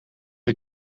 een